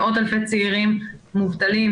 מאות אלפי צעירים מובטלים,